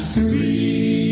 Three